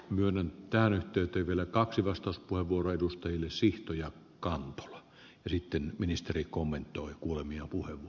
myönnän pääni tyytyy vielä kaksi vastauspuheenvuoroa edustajille sihttuja kantoja kysyttiin ministeri kommentoi välttämättä tarvitaan